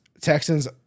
Texans